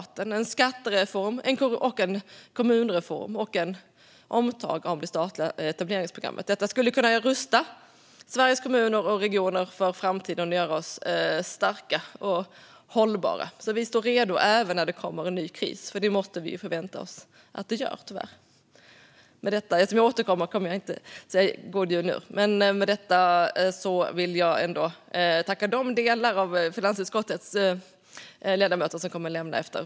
Det handlar om en skattereform och en kommunreform och om ett omtag när det gäller det statliga etableringsprogrammet. Detta skulle kunna rusta Sveriges kommuner och regioner för framtiden och göra oss starka och hållbara så att vi står redo även när det kommer en ny kris, för det måste vi tyvärr förvänta oss att det gör. Eftersom jag återkommer senare i dag kommer jag inte att säga god jul nu. Men med detta vill jag ändå tacka de ledamöter i finansutskottet som kommer att lämna kammaren efter denna debatt.